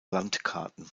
landkarten